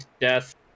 death